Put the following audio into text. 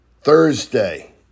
Thursday